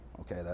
Okay